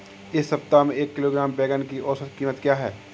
इस सप्ताह में एक किलोग्राम बैंगन की औसत क़ीमत क्या है?